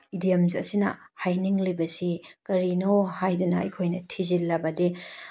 idioms ꯑꯁꯤꯅ ꯍꯥꯏꯅꯤꯡꯂꯤꯕꯁꯤ ꯀꯔꯤꯅꯣ ꯍꯥꯏꯗꯅ ꯑꯩꯈꯣꯏꯅ ꯊꯤꯖꯤꯟꯂꯕꯗꯤ